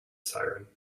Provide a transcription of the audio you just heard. siren